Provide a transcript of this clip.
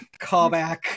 callback